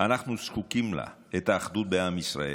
זקוקים לה, את האחדות בעם ישראל.